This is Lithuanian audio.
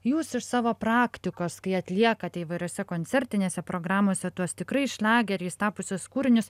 jūs iš savo praktikos kai atliekate įvairiose koncertinėse programose tuos tikrai šlageriais tapusius kūrinius